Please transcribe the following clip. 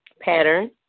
pattern